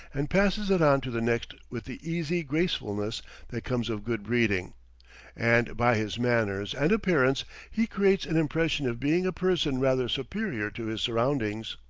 and passes it on to the next with the easy gracefulness that comes of good breeding and by his manners and appearance he creates an impression of being a person rather superior to his surroundings.